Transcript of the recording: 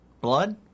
blood